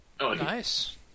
Nice